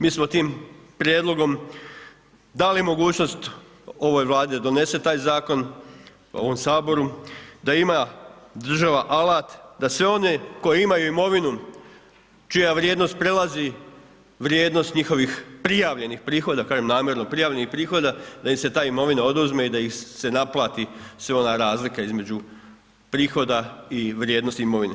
Mi smo tim prijedlogom dali mogućnost ovoj Vladi da donese taj zakon u ovom Saboru, da ima država alat da sve one koji imaju imovinu čija vrijednost prelazi vrijednost njihovih prijavljenih prihoda, kažem namjerno prijavljenih prihoda, da im se ta imovina oduzme i da im se naplati sva ona razlika između prihoda i vrijednosti imovine.